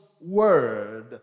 word